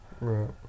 Right